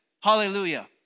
Hallelujah